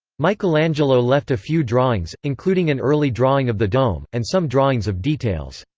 michelangelo left a few drawings, including an early drawing of the dome, and some drawings of details.